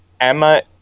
Emma